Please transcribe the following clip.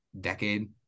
decade